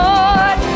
Lord